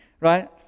right